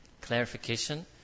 clarification